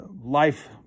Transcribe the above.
life